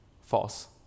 false